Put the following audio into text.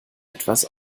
etwas